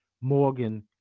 Morgan